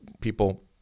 people